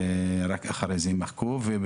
ורק אחרי זה יימחקו.